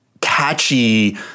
catchy